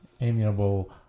amiable